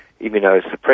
immunosuppression